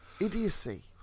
Idiocy